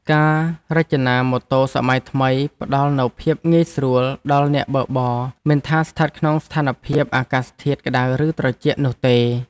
ការរចនាម៉ូតូសម័យថ្មីផ្តល់នូវភាពងាយស្រួលដល់អ្នកបើកបរមិនថាស្ថិតក្នុងស្ថានភាពអាកាសធាតុក្តៅឬត្រជាក់នោះទេ។